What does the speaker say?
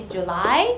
July